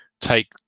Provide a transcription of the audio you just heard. take